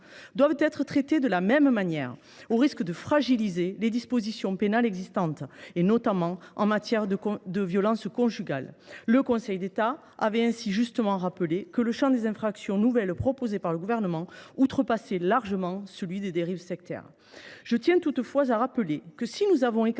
devraient être traités de la même manière, au risque de fragiliser les dispositions pénales en vigueur, notamment en matière de violences conjugales. Le Conseil d’État avait justement rappelé que le champ des infractions nouvelles proposées par le Gouvernement outrepassait largement celui des dérives sectaires… Je tiens toutefois à rappeler que, s’il a écarté